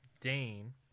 Dane